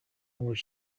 was